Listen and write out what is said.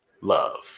love